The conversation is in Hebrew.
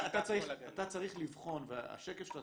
אתה צריך לבחון והשקף שאתה